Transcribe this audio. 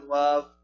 love